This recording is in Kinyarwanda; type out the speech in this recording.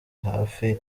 hafi